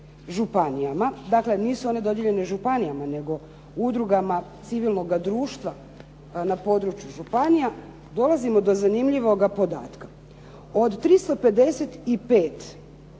županijama, dakle nisu one dodijeljene županijama nego udrugama civilnoga društva na području županija dolazimo do zanimljivoga podatka. Od 355,